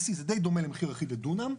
זה די דומה למחיר אחיד לדונם.